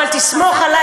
אבל תסמוך עלי,